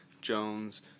Jones